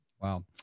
Wow